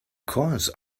course